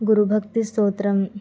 गुरुभक्तिस्तोत्रम्